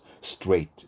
straight